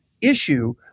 issue